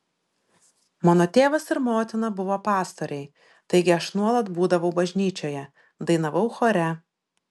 mano tėvas ir motina buvo pastoriai taigi aš nuolat būdavau bažnyčioje dainavau chore